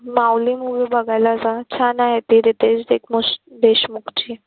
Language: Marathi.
माऊली मुव्ही बघायला जा छान आहे ती रितेश देकमुष देशमुखची